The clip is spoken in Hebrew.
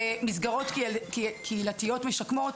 זה מסגרות קהילתיות משקמות.